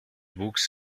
wuchs